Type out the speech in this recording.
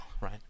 right